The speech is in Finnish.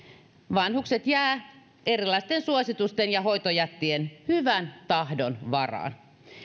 vanhukset jäävät erilaisten suositusten ja hoitojättien hyvän tahdon varaan